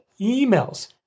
emails